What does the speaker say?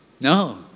No